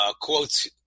quotes